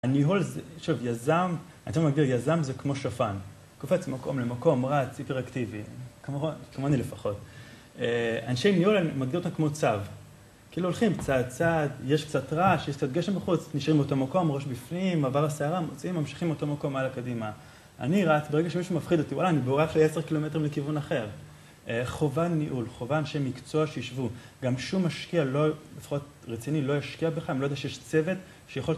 הניהול זה, עכשיו, יזם, אנשים מגדירים יזם זה כמו שפן, קופץ מקום למקום, רץ, היפר-אקטיבי, כמוני לפחות. אנשי ניהול אני מגדיר אותם כמו צב, כאילו הולכים צעד צעד, יש קצת רעש, יש קצת גשם בחוץ, נשארים באותו מקום, ראש בפנים, עבר הסערה, מוציאים, ממשיכים באותו מקום הלאה קדימה. אני רץ, ברגע שמישהו מפחיד אותי, וואלה, אני בורח ל-10 קילומטרים לכיוון אחר. חובה ניהול, חובה שמקצוע שישבו, גם שום משקיע, לפחות רציני, לא ישקיע בך אם הוא לא יודע שיש צוות שיכול